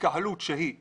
התקהלות שהיא לתפילה,